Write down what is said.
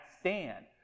stand